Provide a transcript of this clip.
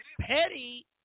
Petty